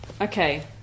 Okay